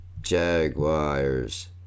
Jaguars